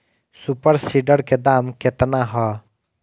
Super seeder के दाम केतना ह?